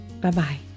Bye-bye